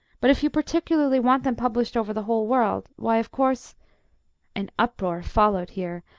but if you particularly want them published over the whole world, why, of course an uproar followed here,